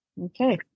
Okay